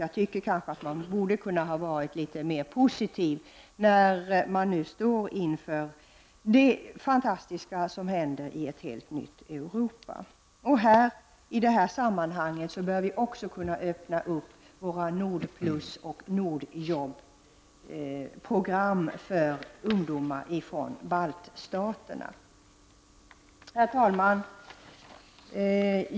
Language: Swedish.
Man borde enligt min mening kunna vara litet mer positiv när vi nu står inför det fantastiska som händer i ett helt nytt Europa. I detta sammanhang bör vi också kunna öppna programmen inom NORD PLUS och NORD-JOBB för ungdomar från de baltiska staterna. Herr talman!